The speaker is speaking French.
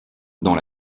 dans